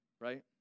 right